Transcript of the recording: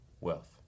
wealth